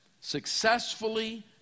successfully